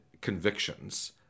convictions